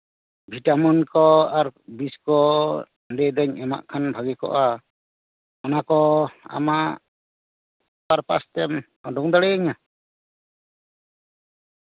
vitamin ᱠᱚ ᱟᱨ ᱵᱤᱥ ᱠᱚ ᱞᱟᱹᱭ ᱫᱟᱹᱧ ᱮᱟᱜ ᱠᱷᱟᱱ ᱵᱷᱟᱜᱮ ᱠᱚᱜᱼᱟ ᱚᱱᱟ ᱠᱚ ᱟᱢᱟᱜ ᱯᱟᱨᱯᱟᱥ ᱛᱮᱢ ᱩᱰᱩᱝ ᱫᱟᱲᱮᱭᱟᱹᱧᱼᱟ